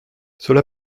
cela